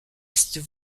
estes